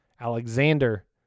Alexander